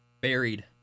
buried